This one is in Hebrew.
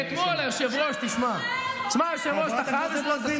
ואתם נתתם פי אלף.